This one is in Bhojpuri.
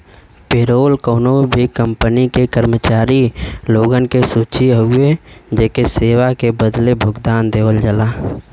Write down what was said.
पेरोल कउनो भी कंपनी क कर्मचारी लोगन क सूची हउवे जेके सेवा के बदले में भुगतान देवल जाला